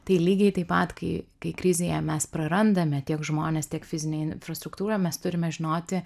tai lygiai taip pat kai kai krizėje mes prarandame tiek žmones tiek fizinę infrastruktūrą mes turime žinoti